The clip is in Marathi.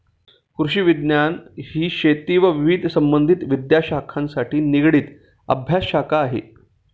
कृषिविज्ञान ही शेती व विविध संबंधित विद्याशाखांशी निगडित अभ्यासशाखा आहे